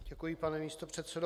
Děkuji, pane místopředsedo.